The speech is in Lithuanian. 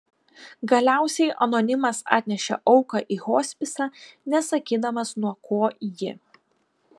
galiausiai anonimas atnešė auką į hospisą nesakydamas nuo ko ji